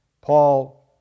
Paul